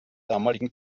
damaligen